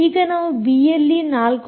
ಈಗ ನಾವು ಬಿಎಲ್ಈ 4